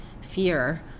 fear